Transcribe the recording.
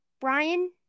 Brian